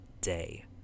day